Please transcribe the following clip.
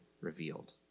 revealed